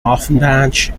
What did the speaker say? offenbach